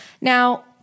Now